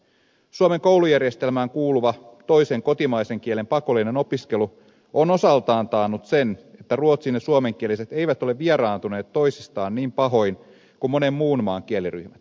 suomen koulujärjestelmään kuuluva toisen kotimaisen kielen pakollinen opiskelu on osaltaan taannut sen että ruotsin ja suomenkieliset eivät ole vieraantuneet toisistaan niin pahoin kuin monen muun maan kieliryhmät